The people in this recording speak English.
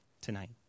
tonight